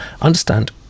understand